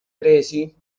presi